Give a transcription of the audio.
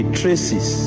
traces